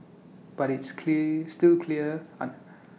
but it's clear still clear aunt